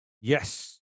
Yes